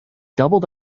doubled